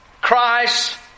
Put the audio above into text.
Christ